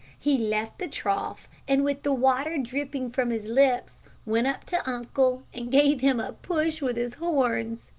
he left the trough, and with the water dripping from his lips, went up to uncle, and gave him a push with his horns.